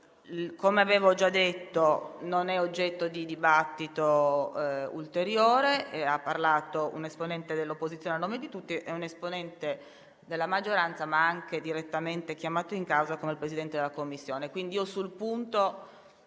Come avevo già detto, la questione non è oggetto di dibattito ulteriore. Hanno parlato un esponente dell'opposizione, a nome di tutti, e un esponente della maggioranza direttamente chiamato in causa, come il Presidente della Commissione.